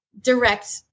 direct